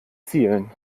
zielen